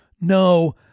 No